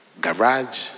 Garage